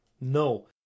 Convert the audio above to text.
no